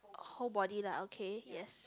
whole body lah okay yes